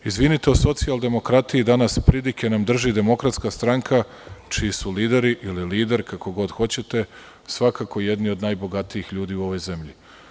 Izvinite, o socijaldemokratiji danas pridike nam drži danas DS čiji su lideri, ili lider, kako god hoćete, svakako jedni od najbogatijih ljudi u ovoj zemlji.